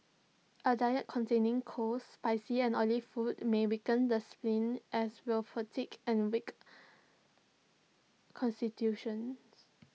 A diet containing cold spicy and oily food may weaken the spleen as will fatigue and A weak Constitution